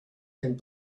and